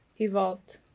evolved